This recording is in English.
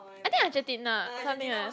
I think Argentina something else